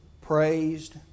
praised